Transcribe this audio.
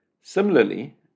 Similarly